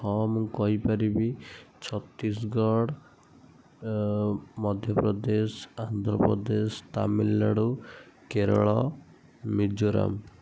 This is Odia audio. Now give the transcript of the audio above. ହଁ ମୁଁ କହିପାରିବି ଛତିଶିଗଡ଼ ମଧ୍ୟପ୍ରଦେଶ ଆନ୍ଧ୍ରପ୍ରଦେଶ ତାମିଲନାଡ଼ୁ କେରଳ ମିଜୋରାମ